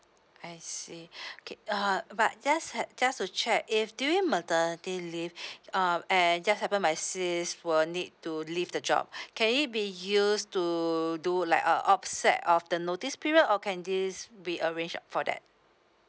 I see okay uh but just had just to check if during maternity leave um and just happen my sis is will need to leave the job can it be used to do like a offset of the notice period or can this be arranged for that